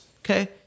Okay